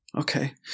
Okay